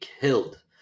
killed